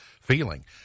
feeling